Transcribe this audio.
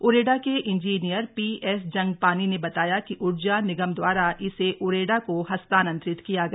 उरेडा के engineer P S Jangpani ने बताया कि ऊर्जा निगम दवारा इसे उरेडा को हस्तांतरित किया गया